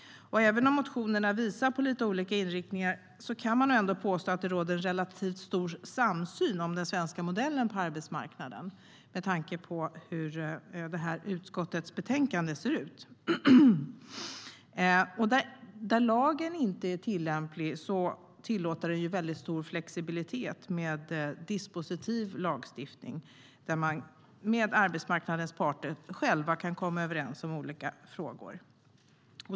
Även om motionerna visar på lite olika inriktningar kan man, med tanke på hur utskottets betänkande ser ut, ändå påstå att det råder en relativt stor samsyn om den svenska modellen på arbetsmarknaden. Där lagen inte är tillämplig tillåter den stor flexibilitet med dispositiv lagstiftning där arbetsmarknadens parter själva kan komma överens om olika frågor.